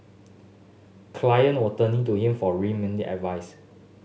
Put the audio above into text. client were turning to for remittance advice